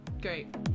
Great